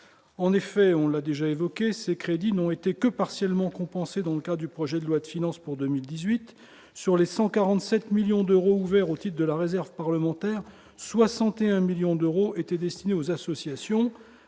en effet, on l'a déjà évoqué ces crédits n'ont été que partiellement compensée dans le coeur du projet de loi de finances pour 2018 sur les 147 millions d'euros ouvert au sud de la réserve parlementaire 61 millions d'euros étaient destinés aux associations